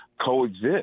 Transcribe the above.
coexist